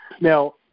Now